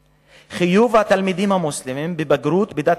4. חיוב התלמידים המוסלמים בבגרות בדת